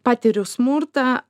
patiriu smurtą